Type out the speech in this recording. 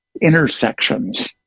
intersections